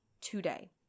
today